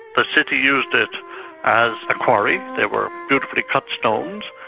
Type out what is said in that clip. the city used it as a quarry, there were beautifully cut stones,